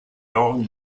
dong